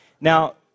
Now